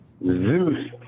Zeus